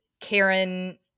Karen